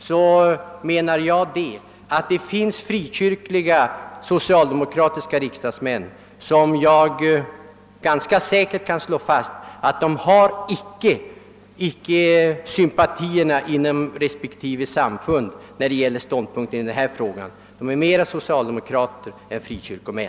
Jag menade att det finns frikyrkliga socialdemokratiska riksdagsmän, som anser det vara viktigare att lojalt följa partilinjen än att föra samfundsmedlemmarnas talan; de är mer socialdemokrater än frikyrkomän.